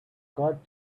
got